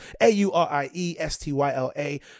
A-U-R-I-E-S-T-Y-L-A